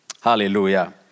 Hallelujah